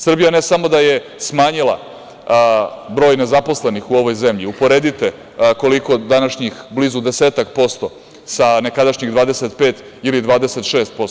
Srbija ne samo da je smanjila broj nezaposlenih u ovoj zemlji, uporedite koliko današnjih, blizu 10% sa nekadašnjih 25 ili 26%